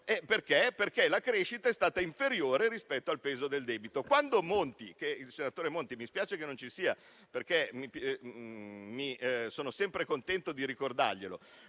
peggio, perché la crescita è stata inferiore rispetto al peso del debito. Quando il senatore Monti - mi spiace che non sia presente perché sono sempre contento di ricordarglielo